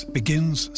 begins